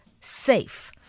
safe